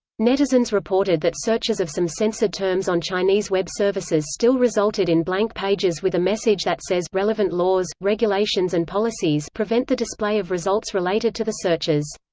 netizens reported that searches of some censored terms on chinese web services still resulted in blank pages with a message that says relevant laws, regulations and policies prevent the display of results related to the searches.